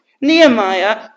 Nehemiah